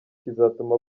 kizatuma